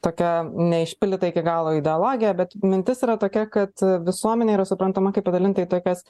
tokia neišpildyta iki galo ideologija bet mintis yra tokia kad visuomenė yra suprantama kaip padalinta į tokias